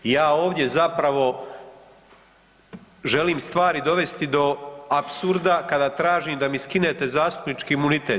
Ja ovdje zapravo želim stvari dovesti do apsurda kada tražim da mi skinete zastupnički imunitet.